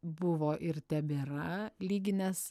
buvo ir tebėra lyginęs